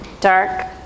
dark